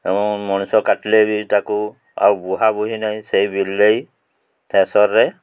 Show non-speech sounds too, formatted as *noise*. ଏବଂ ମଣିଷ କାଟିଲେ ବି ତାକୁ ଆଉ ବୁହା ବୁହି ନାହିଁ ସେଇ *unintelligible* ଚାଷରେ